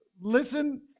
listen